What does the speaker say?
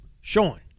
Sean